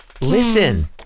Listen